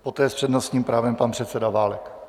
Poté s přednostním právem pan předseda Válek.